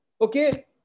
okay